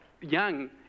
young